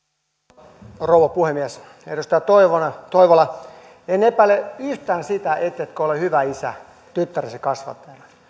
arvoisa rouva puhemies edustaja toivola en epäile yhtään sitä ettetkö ole hyvä isä tyttäresi kasvattajana